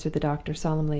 answered the doctor, solemnly,